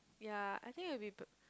ya I think it'll be b~